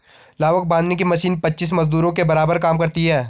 लावक बांधने की मशीन पच्चीस मजदूरों के बराबर काम करती है